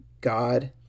God